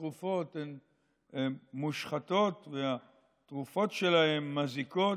התרופות הן מושחתות והתרופות שלהן מזיקות,